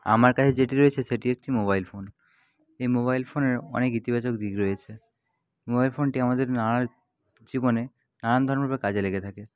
আমার কাছে যেটি রয়েছে সেটি একটি মোবাইল ফোন এই মোবাইল ফোনের অনেক ইতিবাচক দিক রয়েছে মোবাইল ফোনটি আমাদের নানা জীবনে নানান ধরণভাবে কাজে লেগে থাকে